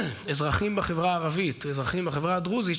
אזרחים בחברה הערבית ואזרחים בחברה הדרוזית,